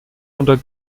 unter